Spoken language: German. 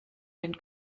den